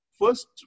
first